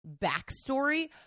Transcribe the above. backstory